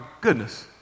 goodness